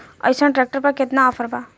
अइसन ट्रैक्टर पर केतना ऑफर बा?